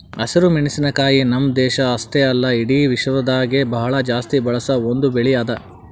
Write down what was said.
ಹಸಿರು ಮೆಣಸಿನಕಾಯಿ ನಮ್ಮ್ ದೇಶ ಅಷ್ಟೆ ಅಲ್ಲಾ ಇಡಿ ವಿಶ್ವದಾಗೆ ಭಾಳ ಜಾಸ್ತಿ ಬಳಸ ಒಂದ್ ಬೆಳಿ ಅದಾ